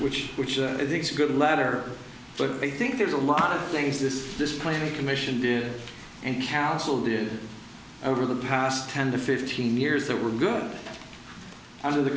which which i think is good latter but i think there's a lot of things this this plan a commission did and council did over the past ten to fifteen years that were good under the